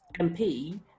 MP